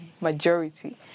majority